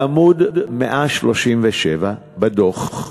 לעמוד 137 בדוח,